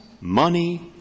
money